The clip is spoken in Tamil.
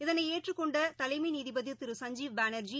இதனைஏற்றுக் கொண்டதலைமைநீதிபதிதிரு சஞ்ஜீவ் பானா்ஜி